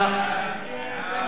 חוק